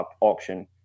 auction